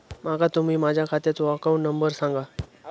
माका तुम्ही माझ्या खात्याचो अकाउंट नंबर सांगा?